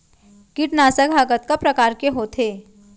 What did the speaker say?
कीटनाशक ह कतका प्रकार के होथे?